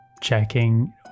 checking